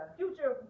future